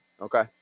Okay